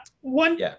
One